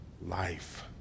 life